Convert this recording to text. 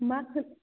मा खोन